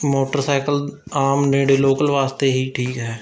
motorcycle ਆਮ ਨੇੜੇ local ਵਾਸਤੇ ਹੀ ਠੀਕ ਹੈ